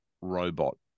robot